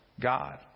god